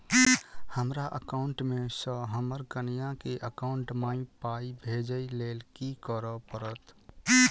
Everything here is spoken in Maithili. हमरा एकाउंट मे सऽ हम्मर कनिया केँ एकाउंट मै पाई भेजइ लेल की करऽ पड़त?